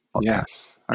yes